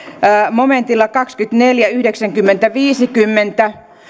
momentilla kaksikymmentäneljä yhdeksänkymmentä viisikymmentä